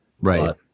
Right